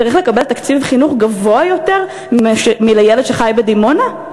צריך לקבל תקציב חינוך גבוה יותר מילד שחי בדימונה?